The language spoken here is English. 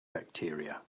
bacteria